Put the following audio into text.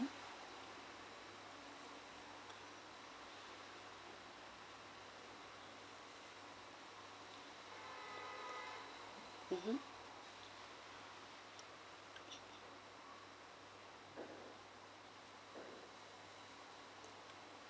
mmhmm